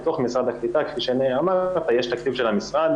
בתוך משרד הקליטה כפי שנאמר, יש תקציב של המשרד.